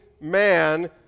man